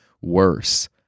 worse